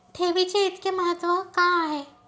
ठेवीचे इतके महत्व का आहे?